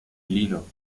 lino